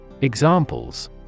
Examples